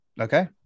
okay